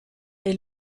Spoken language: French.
est